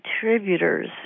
contributors